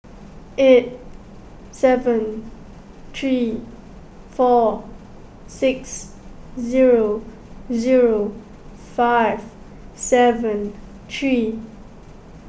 eight seven three four six zero zero five seven three